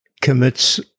commits